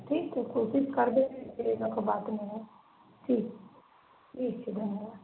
ठीक छै कोशिश करबै जे एना कोइ बात नहि होइ ठीक छै ठीक छै धन्यवाद